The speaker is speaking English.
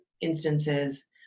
instances